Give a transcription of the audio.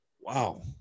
wow